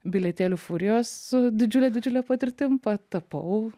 bilietėlių furijos su didžiule didžiule patirtim patapau